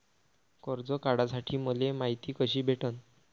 कर्ज काढासाठी मले मायती कशी भेटन?